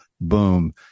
Boom